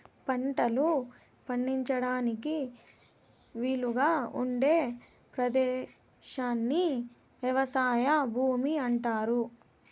పంటలు పండించడానికి వీలుగా ఉండే పదేశాన్ని వ్యవసాయ భూమి అంటారు